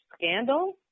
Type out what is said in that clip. Scandal